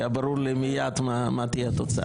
היה לי ברור מיד מה תהיה התוצאה.